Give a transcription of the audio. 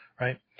right